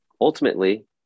ultimately